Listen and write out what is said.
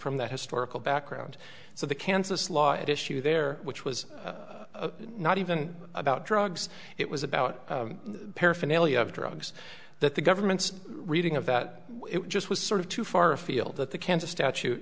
from that historical background so the kansas law at issue there which was not even about drugs it was about paraphernalia of drugs that the government's reading of that just was sort of too far afield that the kansas statu